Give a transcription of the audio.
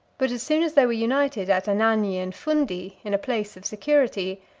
but as soon as they were united at anagni and fundi, in a place of security,